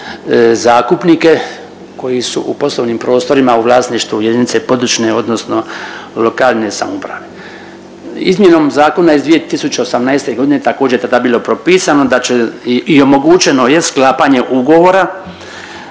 zakupnike koji su u poslovnim prostorima u vlasništvu jedinice područne odnosno lokalne samouprave. Izmjenom zakona iz 2018.g. također je tada bilo propisano da će i omogućeno je sklapanje ugovora